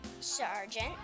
sergeant